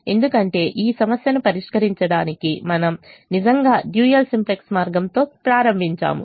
ఎందుకంటే ఈ సమస్యను పరిష్కరించడానికి మనము నిజంగా డ్యూయల్ సింప్లెక్స్ మార్గంతో ప్రారంభించాము